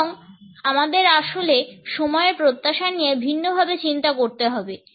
এবং আমাদের আসলে সময়ের প্রত্যাশা নিয়ে ভিন্নভাবে চিন্তা করতে হবে